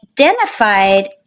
identified